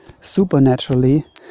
supernaturally